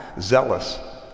zealous